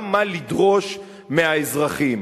גם מה לדרוש מהאזרחים.